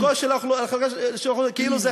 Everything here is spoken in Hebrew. ההתייחסות לחלקה של האוכלוסייה כאילו זה